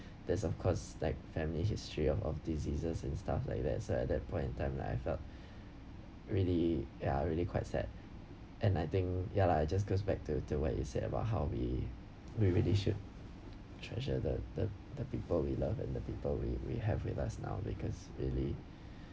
there's of course like family history of of diseases and stuff like that so at that point in time like I felt really ya really quite sad and I think ya lah it just goes back to to what you said about how we we really should treasure the the the people we love and the people we we have with us now because really